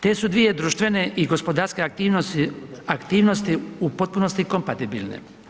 Te su dvije društvene i gospodarske aktivnosti u potpunosti kompatibilne.